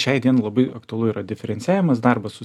šiai dienai labai aktualu yra diferencijuojamas darbas su